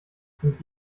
sind